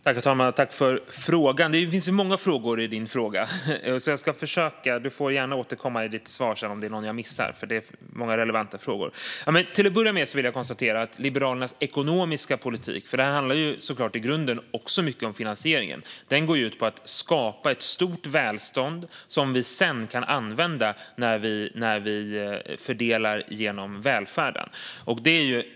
Herr talman! Tack, Ulla Andersson, för frågan! Det fanns ju många frågor i din fråga, Ulla Andersson. Du får gärna återkomma i ditt svar om jag missar någon, för det var många relevanta frågor. Till att börja med vill jag konstatera att Liberalernas ekonomiska politik - för det här handlar såklart i grunden också mycket om finansieringen - går ut på att skapa ett stort välstånd som vi sedan kan använda när vi fördelar genom välfärden.